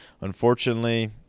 unfortunately